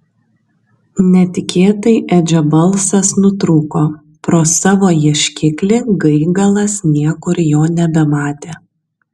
netikėtai edžio balsas nutrūko pro savo ieškiklį gaigalas niekur jo nebematė